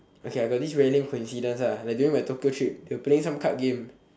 okay I got this really lame coincidence lah like during my Tokyo trip we were playing some card game